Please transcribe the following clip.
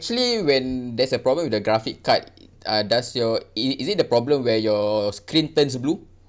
actually when there's a problem with the graphic card uh does your i~ is it the problem where your screen turns blue